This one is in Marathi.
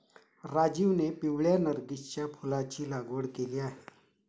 राजीवने पिवळ्या नर्गिसच्या फुलाची लागवड केली आहे